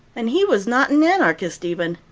and he was not an anarchist even.